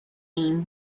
ایم